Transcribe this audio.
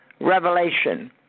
Revelation